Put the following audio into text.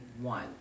one